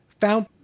found